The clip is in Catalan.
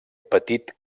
petit